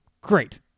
Great